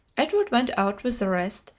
edward went out with the rest,